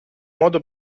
modo